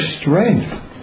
strength